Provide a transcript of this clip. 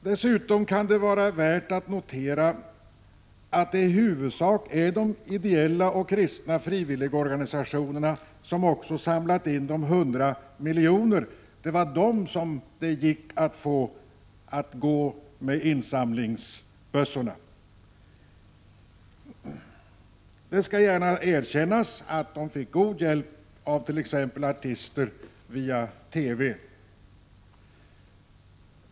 Dessutom kan det vara värt att notera att det i huvudsak är de ideella och kristna frivilligorganisationerna som också samlat in de 100 miljonerna. Det var människor från framför allt det hållet som gick med insamlingsbössorna. Det skall gärna erkännas att man fick god hjälp av t.ex. artister via TV.